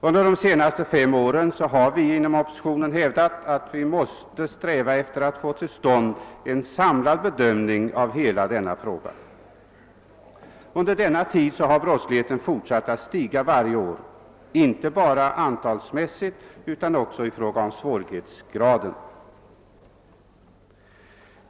Under de senaste fem åren har vi inom oppositionen hävdat att vi måste sträva efter att få till stånd en samlad bedömning av hela denna fråga. Under denna tid har brottsligheten fortsatt att öka varje år — inte bara i fråga om antal utan också när det gäller svårighetsgraden.